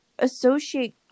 associate